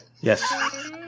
Yes